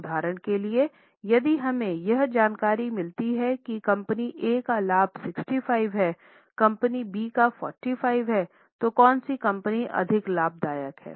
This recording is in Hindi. उदाहरण के लिए यदि हमें यह जानकारी मिलती है कि कंपनी A का लाभ 65 है कंपनी B का 45 है तो कौन सी कंपनी अधिक लाभदायक है